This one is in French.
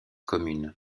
communes